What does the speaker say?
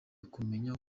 ukumenya